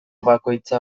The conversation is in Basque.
bakoitza